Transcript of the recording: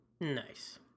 Nice